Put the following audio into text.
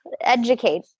Educate